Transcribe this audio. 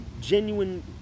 genuine